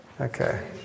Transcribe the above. Okay